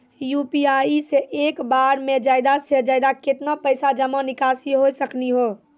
UPI से एक बार मे ज्यादा से ज्यादा केतना पैसा जमा निकासी हो सकनी हो?